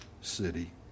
city